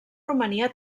romania